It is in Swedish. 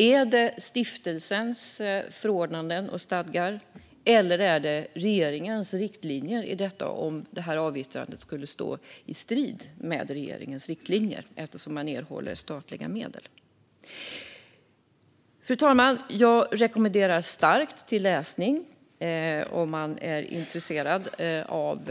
Är det stiftelsens förordnanden och stadgar eller, eftersom man erhåller statliga medel, regeringens riktlinjer för detta, om avyttrandet skulle stå i strid med regeringens riktlinjer? Fru talman! Jag rekommenderar starkt läsning av Riksrevisionens grundliga granskning om man är intresserad av